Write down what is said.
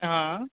हाँ